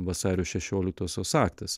vasario šešioliktosios aktas